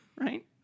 right